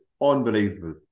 unbelievable